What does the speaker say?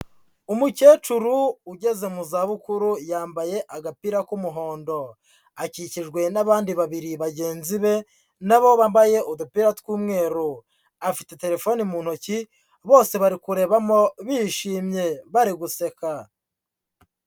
Umukecuru ugeze mu zabukuru yambaye agapira k'umuhondo, akikijwe n'abandi babiri bagenzi be na bo bambaye udupira tw'umweru, afite telefoni mu ntoki bose bari kureba bishimye bari guseka.